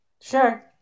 Sure